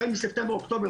החל מספטמבר-אוקטובר,